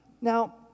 Now